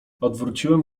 odwróciłem